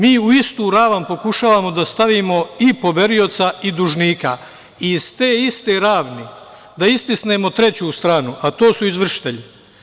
Mi u istu ravan pokušavamo da stavimo i poverioca i dužnika i iz te iste ravni da istisnemo treću stranu, a to su izvršitelji.